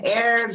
air